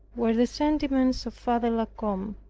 were the sentiments of father la combe.